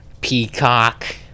Peacock